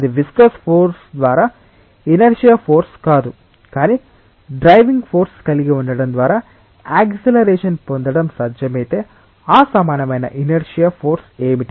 అది viscous force ద్వారా inertia force కాదు కానీ డ్రైవింగ్ ఫోర్సు కలిగి ఉండటం ద్వారా యాక్సిలరెషన్ పొందడం సాధ్యమైతే ఆ సమానమైన ఇనర్శియా ఫోర్సు ఏమిటి